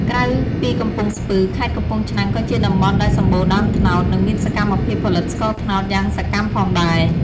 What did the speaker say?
ក្រៅពីកំពង់ស្ពឺ ខេត្តកំពង់ឆ្នាំងក៏ជាតំបន់ដែលសម្បូរដើមត្នោត និងមានសកម្មភាពផលិតស្ករត្នោតយ៉ាងសកម្មផងដែរ។